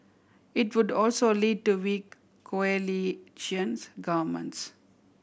it would also lead to weak coalition's governments